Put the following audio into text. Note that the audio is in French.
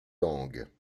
langues